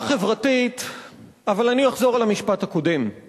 חבר הכנסת בן-ארי, באמת, אל תנסה אותי.